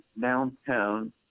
downtown